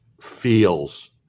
feels